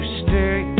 stay